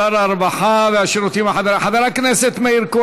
שר הרווחה והשירותים החברתיים.